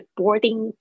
boarding